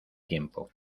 tiempo